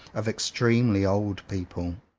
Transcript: of extremely old people.